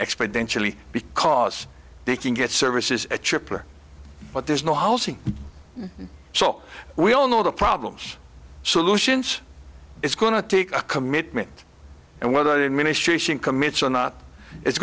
exponentially because they can get services atripla but there's no housing so we all know the problems solutions it's going to take a commitment and whether the administration commits or not it's